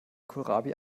kohlrabi